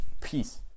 peace